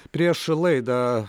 prieš laidą